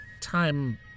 Time